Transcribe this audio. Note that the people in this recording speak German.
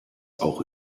auch